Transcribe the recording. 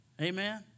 Amen